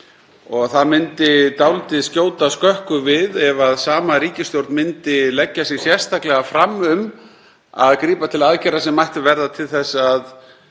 og það myndi skjóta skökku við ef sama ríkisstjórn myndi leggja sig sérstaklega fram um að grípa til aðgerða sem mættu verða til þess að